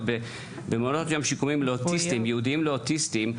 במעונות יום שיקומיים ייעודיים לאוטיסטים,